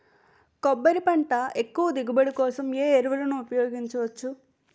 కొబ్బరి పంట ఎక్కువ దిగుబడి కోసం ఏ ఏ ఎరువులను ఉపయోగించచ్చు?